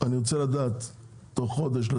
אני רוצה לדעת תוך חודש.